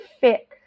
fit